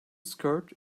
skirt